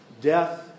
death